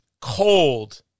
cold